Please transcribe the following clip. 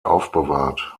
aufbewahrt